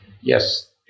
Yes